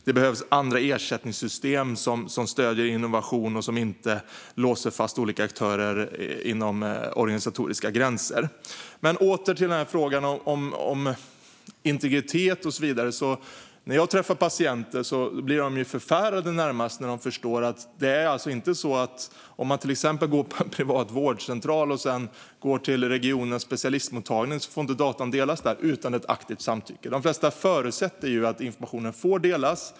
Det behövs även andra ersättningssystem som stöder innovation och som inte låser fast olika aktörer inom organisatoriska gränser. Åter till frågan om integritet. När jag träffar patienter blir de närmast förfärade när de förstår att data inte får delas mellan en privat vårdcentral och en specialistmottagning inom regionen utan ett aktivt samtycke. De flesta förutsätter att informationen får delas.